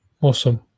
Awesome